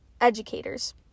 educators